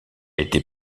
été